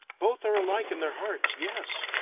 both are alike in their hearts, yes,